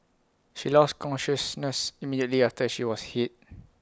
she lost consciousness immediately after she was hit